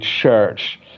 church